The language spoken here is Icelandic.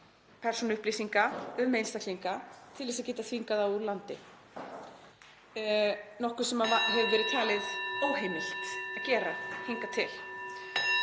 persónuupplýsinga um einstaklinga til þess að geta þvingað þá úr landi, nokkuð sem hefur verið talið óheimilt að gera hingað til.